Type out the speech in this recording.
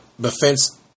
defense